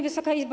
Wysoka Izbo!